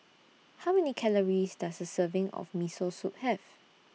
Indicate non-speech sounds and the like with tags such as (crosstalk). (noise) How Many Calories Does A Serving of Miso Soup Have